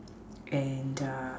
and uh